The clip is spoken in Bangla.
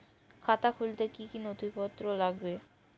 খাতা খুলতে কি কি নথিপত্র লাগবে?